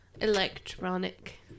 Electronic